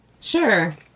Sure